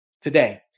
today